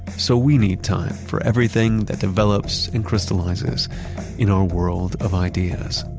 so we need time for everything that develops and crystallizes in our world of ideas.